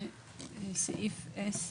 סעיף 10